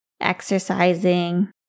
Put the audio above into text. exercising